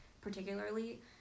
particularly